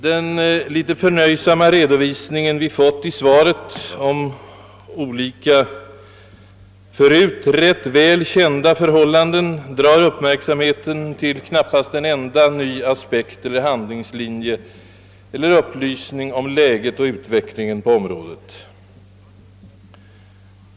Den litet förnöjsamma redovisning vi fått i svaret om förut rätt väl kända förhållanden drar knappast uppmärksamheten till en enda ny aspekt, handlingslinje eller upplysning om läget och utvecklingen på området.